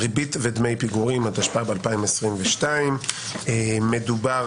(ריבית ודמי פיגורים), התשפ"ב 2022. מדובר